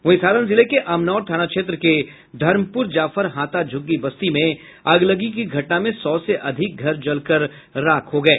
वहीं सारण जिले के अमनौर थाना क्षेत्र के धर्मप्र जाफर हाता झुग्गी बस्ती में अगलगी की घटना में सौ से अधिक घर जलकर राख हो गये